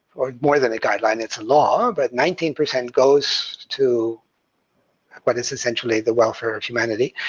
or more than a guideline, it's a law. but nineteen percent goes to what is essentially the welfare of humanity.